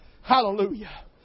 Hallelujah